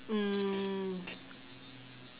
mm